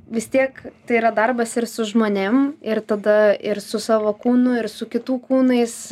vis tiek tai yra darbas ir su žmonėm ir tada ir su savo kūnu ir su kitų kūnais